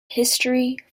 history